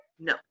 No